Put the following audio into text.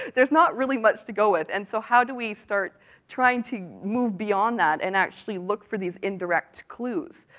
there's not really much to go at, and so how do we start trying to move beyond that, and actually look for these indirect clues?